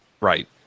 Right